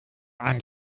ein